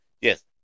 Yes